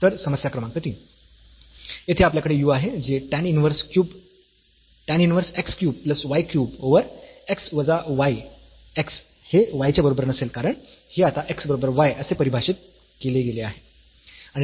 तर समस्या क्रमांक 3 येथे आपल्याकडे u आहे जे tan inverse x cube plus y cube over x वजा y x हे y च्या बरोबर नसेल कारण हे आता x बरोबर y असे परिभाषित केले गेले आहे